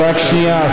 רק שנייה.